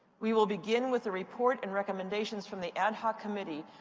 we will begin with a report and recommendations from the ad hoc committee,